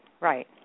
right